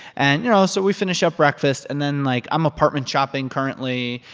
and, you know, so we finished up breakfast. and then, like, i'm apartment shopping, currently.